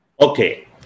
Okay